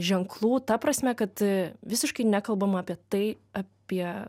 ženklų ta prasme kad visiškai nekalbama apie tai apie